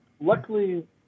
luckily